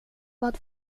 vad